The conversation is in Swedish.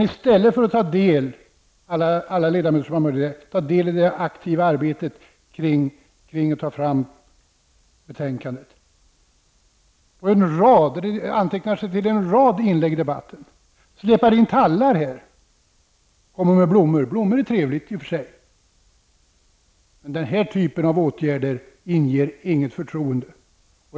I stället för att se till att alla ledamöter som har möjlighet deltar i det aktiva arbetet med att ta fram betänkandet, antecknar man sig till en rad inlägg i debatten, släpar in tallar, kommer med blommor osv. Blommor är i och för sig trevligt. Men denna typ av åtgärder inger inget förtroende.